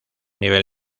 nivel